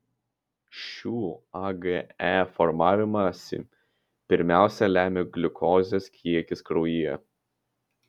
šių age formavimąsi pirmiausia lemia gliukozės kiekis kraujyje